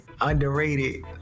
underrated